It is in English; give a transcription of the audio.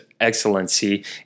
excellency